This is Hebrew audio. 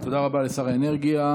תודה רבה לשר האנרגיה.